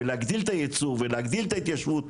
ולהגדיל את הייצור ולהגדיל את ההתיישבות